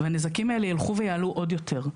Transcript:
והנזקים האלה ילכו ויעלו עוד יותר.